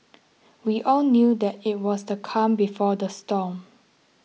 we all knew that it was the calm before the storm